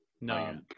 No